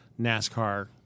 NASCAR